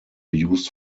used